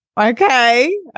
Okay